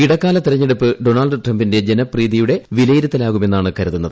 ഇടക്കാല തെരഞ്ഞെടുപ്പ് ഡോണൾഡ് ട്രംപിന്റെ ജനപ്രീതിയുടെ വിലയിരുത്തലാകുമെന്നാണ് കരുതുന്നത്